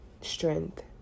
Strength